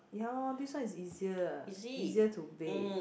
ya this one is easier easier to bake